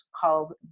called